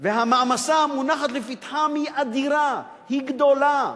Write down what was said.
והמעמסה המונחת לפתחם היא אדירה, היא גדולה.